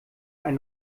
ein